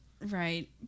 Right